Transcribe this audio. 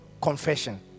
confession